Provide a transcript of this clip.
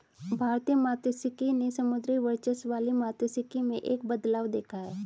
भारतीय मात्स्यिकी ने समुद्री वर्चस्व वाली मात्स्यिकी में एक बदलाव देखा है